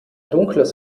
dunkles